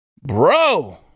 Bro